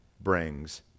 brings